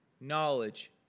knowledge